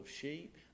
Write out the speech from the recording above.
sheep